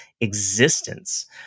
existence